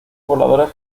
pobladores